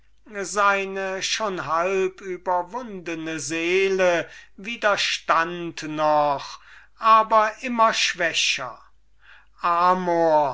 seine schon halb überwundene seele widerstand noch aber immer schwächer amor